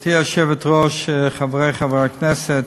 גברתי היושבת-ראש, חברי חברי הכנסת,